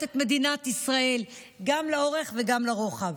את מדינת ישראל גם לאורך וגם לרוחב.